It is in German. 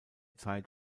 zeit